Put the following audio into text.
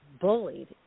bullied